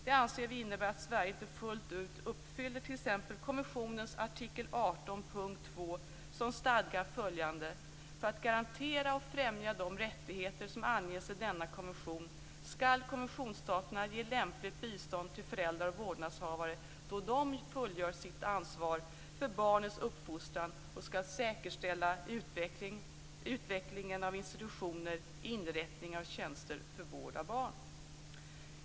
Vi anser att det innebär att Sverige inte fullt ut uppfyller t.ex. konventionens artikel 18, punkt 2, som stadgar följande: "För att garantera och främja de rättigheter som anges i denna konvention skall konventionsstaterna ge lämpligt bistånd till föräldrar och vårdnadshavare då de fullgör sitt ansvar för barnets uppfostran och skall säkerställa utvecklingen av institutioner, inrättningar och tjänster för vård av barn."